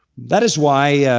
that is why